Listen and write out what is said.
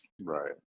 Right